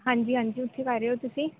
ਹਾਂਜੀ ਹਾਂਜੀ ਉੱਥੇ ਕਰ ਰਹੇ ਓ ਤੁਸੀਂ